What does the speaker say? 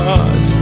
God